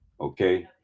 Okay